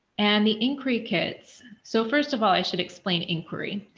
and the inquiry kits. so first of all, i should explain inquiry.